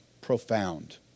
profound